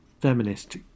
feminist